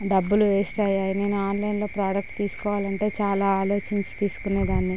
డబ్బులు వేస్ట్ అయ్యాయని నేను ఆన్లైన్లో ప్రోడక్ట్ తీసుకోవాలంటే చాలా ఆలోచించి తీసుకునే దాన్ని